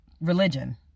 religion